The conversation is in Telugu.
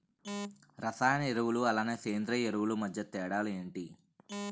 రసాయన ఎరువులు అలానే సేంద్రీయ ఎరువులు మధ్య తేడాలు ఏంటి?